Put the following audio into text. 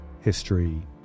history